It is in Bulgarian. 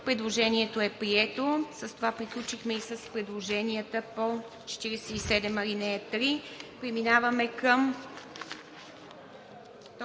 Предложението е прието. С това приключихме с предложенията по чл. 47, ал. 3. Преминаваме към